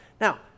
Now